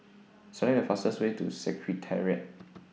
Select The fastest Way to Secretariat